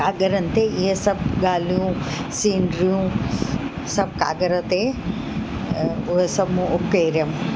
काॻरनि में इअं सभु ॻाल्हियूं सिनरियूं सभु काॻर ते उहे सभु कयमि